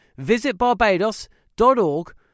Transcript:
visitbarbados.org